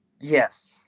yes